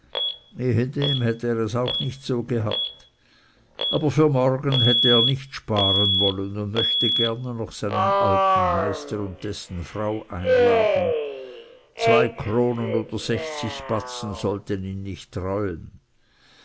ehedem hätte er es auch nicht so gehabt aber für morgen hätte er nicht sparen wollen und möchte gerne noch seinen alten meister und dessen frau einladen zwei kronen oder sechzig batzen sollten ihn nicht reuen